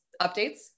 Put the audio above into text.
Updates